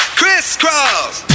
crisscross